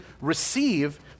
receive